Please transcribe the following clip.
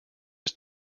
his